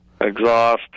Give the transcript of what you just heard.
Exhaust